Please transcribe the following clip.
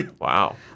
Wow